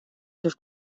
sus